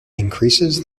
increases